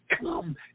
come